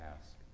ask